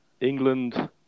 England